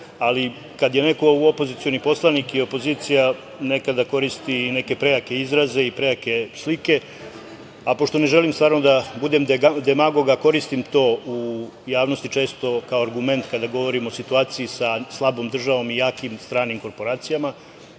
ali kada je neko opozicioni poslanik i opozicija nekada koristi i neke prejake izraze i prejake slike, a pošto ne želim stvarno da budem demagog, a koristim to u javnosti često kao argument kada govorim o situaciji sa slabom državom i jakim stranim korporacijama,